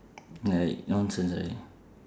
like nonsense right